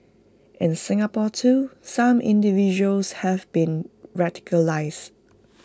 in Singapore too some individuals have been radicalised